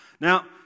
Now